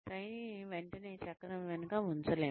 ట్రైనీని వెంటనే చక్రం వెనుక ఉంచలేము